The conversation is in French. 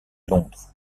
londres